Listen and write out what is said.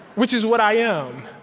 which is what i am.